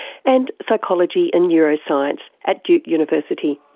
and psychology and neuroscience at duke university.